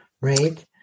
Right